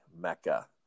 Mecca